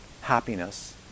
happiness